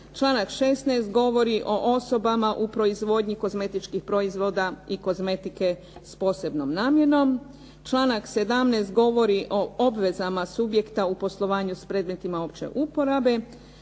Članak 16. govori o osobama u proizvodnji kozmetičkih proizvoda i kozmetike s posebnom namjenom. Članak 17. govori o obvezama subjekta u poslovanju s predmetima opće uporabe.